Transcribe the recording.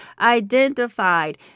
identified